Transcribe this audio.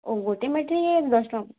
ଓ ଗୁଟେ ମିଠେଇକେ ଦଶ୍ ଟଙ୍କା